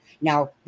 Now